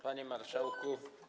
Panie Marszałku!